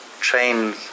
train